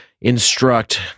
instruct